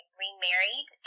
remarried